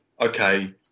okay